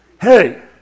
Hey